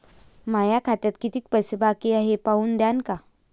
माया खात्यात कितीक पैसे बाकी हाय हे पाहून द्यान का?